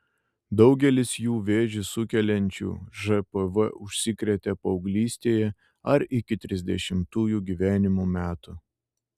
daugelis jų vėžį sukeliančiu žpv užsikrėtė paauglystėje ar iki trisdešimtųjų gyvenimo metų